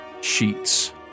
sheets